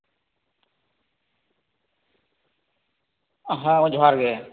ᱦᱮᱸ ᱡᱚᱦᱟᱨ ᱜᱮ